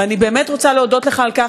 ואני באמת רוצה להודות לך על כך.